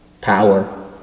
power